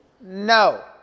No